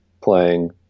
playing